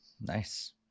Nice